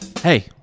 Hey